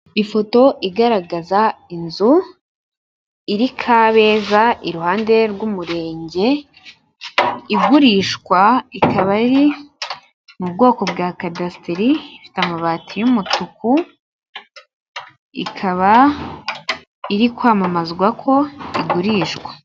Ifoto igaragaza inzu iri Kabeza iruhande rw'umurenge, igurishwa ikaba ari mu bwoko bwa kadasiteri, ifite amabati y'umutuku, ikaba iri kwamamazwa ko igurishwa.